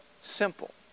simple